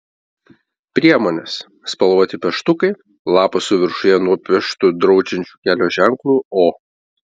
priemonės spalvoti pieštukai lapas su viršuje nupieštu draudžiančiu kelio ženklu o